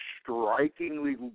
strikingly